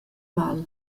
mal